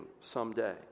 someday